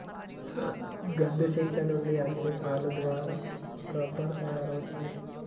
గాదె సెట్ల నుండి అచ్చే పాలు దారా రబ్బరు తయారవుతుంది